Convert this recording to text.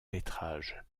métrage